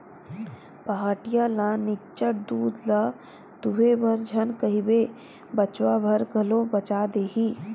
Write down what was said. पहाटिया ल निच्चट दूद ल दूहे बर झन कहिबे बछवा बर घलो बचा देही